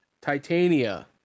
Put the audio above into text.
Titania